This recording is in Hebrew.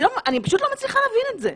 אני פשוט לא מצליחה להבין את זה.